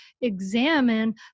examine